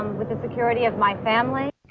with the security of my familiy.